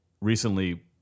recently